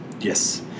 Yes